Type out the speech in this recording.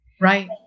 right